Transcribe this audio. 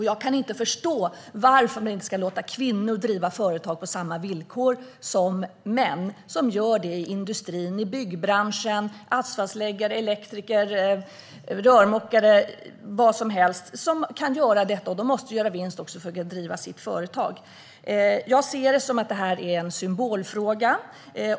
Jag kan inte förstå varför man inte ska låta kvinnor driva företag på samma villkor som män som gör det i industrin, i byggbranschen, som asfaltsläggare, elektriker eller rörmokare och som kan göra detta, och de måste göra vinst också för att kunna driva sitt företag. Jag ser det som att det här är en symbolfråga.